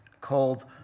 called